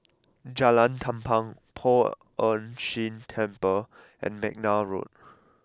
Jalan Tampang Poh Ern Shih Temple and McNair Road